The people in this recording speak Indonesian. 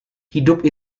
hidup